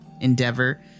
endeavor